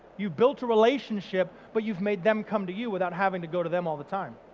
you built a relationship but you've made them come to you without having to go to them all the time.